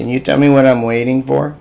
can you tell me what i'm waiting for